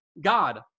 God